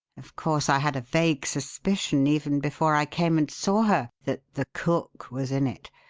of course i had a vague suspicion, even before i came and saw her, that the cook was in it.